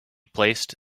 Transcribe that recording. placed